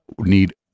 need